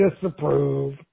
disapprove